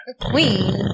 Queen